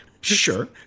Sure